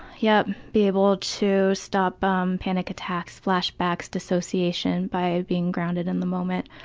yep. be able to stop um panic attacks, flashbacks, dissociation by being grounded in the moment.